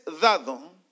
dado